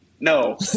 No